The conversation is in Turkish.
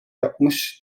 yapmış